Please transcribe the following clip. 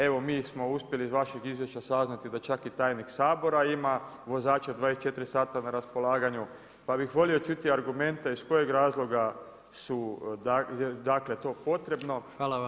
Evo, mi smo uspjeli iz vašeg izvješća saznati da čak i tajnik Sabora ima vozača 24 sata na raspolaganju, pa bi volio čuti argumente iz kojeg razloga je to potrebno.